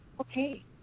okay